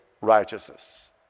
righteousness